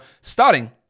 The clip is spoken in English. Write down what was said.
starting